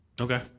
Okay